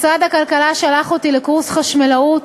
משרד הכלכלה שלח אותי לקורס חשמלאות,